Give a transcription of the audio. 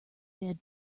dead